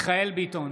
מיכאל מרדכי ביטון,